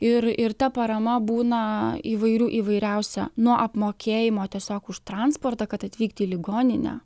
ir ir ta parama būna įvairių įvairiausia nuo apmokėjimo tiesiog už transportą kad atvykti į ligoninę